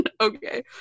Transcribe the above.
okay